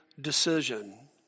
decision